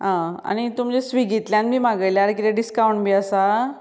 आं आनी तुमचें स्विगींतल्यान बी मागयल्यार कितें डिस्काउंट बी आसा